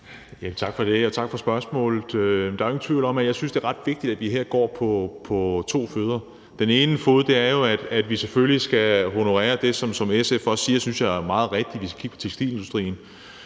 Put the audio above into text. Tak for det, og tak for spørgsmålet. Der er ingen tvivl om, at det er ret vigtigt, at vi her går på to ben. Det ene ben er jo, at vi selvfølgelig skal honorere det, som SF også siger meget rigtigt, synes jeg, nemlig at vi skal kigge på tekstilindustrien,